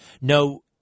no